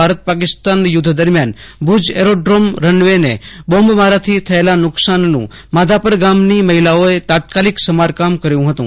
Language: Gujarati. ઈ પાકિસ્તાિનના યુઘ્ઘિ દરમ્યાયન ભુજના એરોડ્રામના રનવે ને બોમ્બ મારાથી થયેલા નુકશાનનું માધાપર ગામની મહિલાઓએ તાત્કાલિક સમારકામ કર્યું હતું